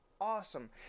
awesome